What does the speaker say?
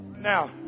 Now